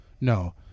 No